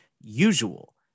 usual